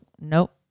nope